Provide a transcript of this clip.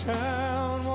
town